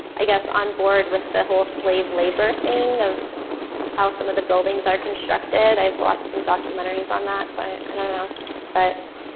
i guess on board with the whole slave labor thing of how some of the buildings are constructed. i've watched some documentaries on that. so, i don't know but